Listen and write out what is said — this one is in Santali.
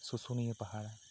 ᱥᱩᱥᱩᱱᱤᱭᱟᱹ ᱯᱟᱦᱟᱲ